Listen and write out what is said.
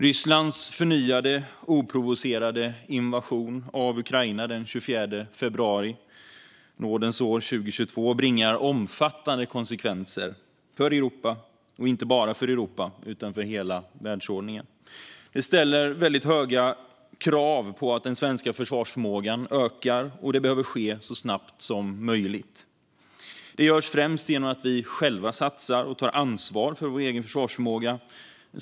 Rysslands förnyade, oprovocerade invasion av Ukraina den 24 februari i nådens år 2022 får omfattande konsekvenser för Europa, men inte bara för Europa utan för hela världsordningen. Detta ställer höga krav på att den svenska försvarsförmågan ökar, och det behöver ske så snabbt som möjligt. Det görs främst genom att vi själva satsar och tar ansvar för vår egen försvarsförmåga.